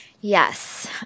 Yes